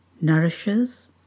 nourishes